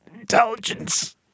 intelligence